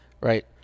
right